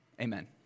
Amen